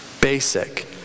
Basic